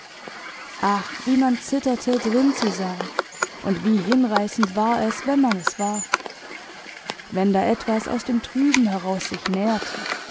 ach wie man zitterte drin zu sein und wie hinreißend war es wenn man es war wenn da etwas aus dem trüben heraus sich näherte